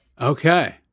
Okay